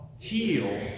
heal